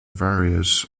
various